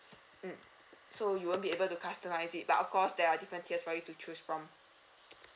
ya so you won't be able to customise it but of course there are different tiers for you to choose from